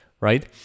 right